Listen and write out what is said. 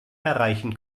erreichen